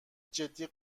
جدی